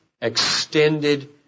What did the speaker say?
extended